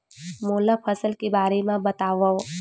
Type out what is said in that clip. मोला फसल के बारे म बतावव?